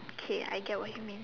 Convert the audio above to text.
okay I get what you mean